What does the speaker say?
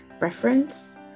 Reference